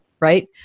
Right